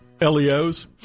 leo's